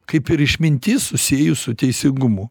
kaip ir išmintis susijus su teisingumu